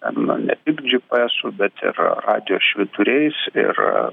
ten na ne tik gpsu bet ir radijo švyturiais ir